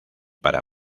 para